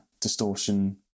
distortion